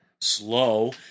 slow